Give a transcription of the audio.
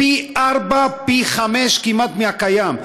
פי-ארבעה, פי-חמישה כמעט, מהקיים.